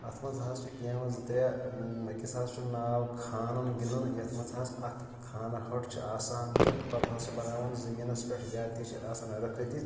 اَتھ منٛز حظ چھِ گیمہٕ زٕ ترٛےٚ أکِس حظ چھُ ناو خانَن گِنٛدُن یَتھ منٛز حظ اکھ خانہٕ ہٹۍ چھِ آسان تہٕ پَتہٕ حظ چھِ بَناون زٔمیٖنَس پٮ۪ٹھ یا تہِ چھِ آسان رٕکھہِ دِتھ